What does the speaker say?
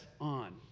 on